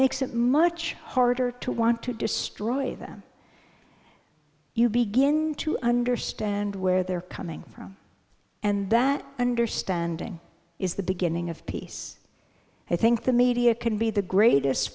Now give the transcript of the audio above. makes it much harder to want to destroy them you begin to understand where they're coming from and that understanding is the beginning of peace i think the media can be the greatest